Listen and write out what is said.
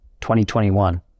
2021